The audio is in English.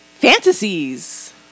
fantasies